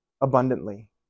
abundantly